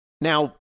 now